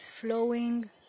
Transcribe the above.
flowing